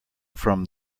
from